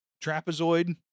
trapezoid